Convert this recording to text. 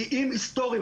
שיאים היסטוריים.